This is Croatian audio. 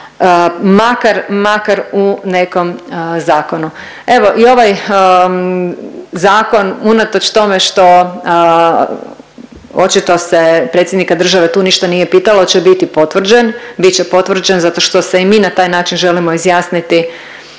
makar u nekom zakonu. Evo i ovaj zakon unatoč tome što očito se predsjednika države tu ništa nije pitalo oće biti potvrđen, bit će potvrđen zato što se i mi na taj način želimo izjasniti